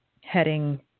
heading